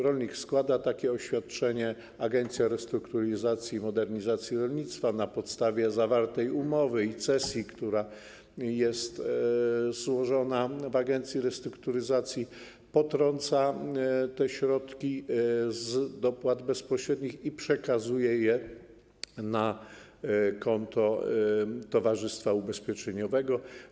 Rolnik składa takie oświadczenie, Agencja Restrukturyzacji i Modernizacji Rolnictwa na podstawie zawartej umowy i cesji, która jest złożona w agencji restrukturyzacji, potrąca te środki z dopłat bezpośrednich i przekazuje je na konto towarzystwa ubezpieczeniowego.